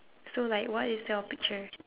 so like what is your picture